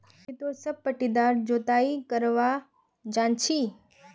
की तोरा सब पट्टीदार जोताई करवा जानछी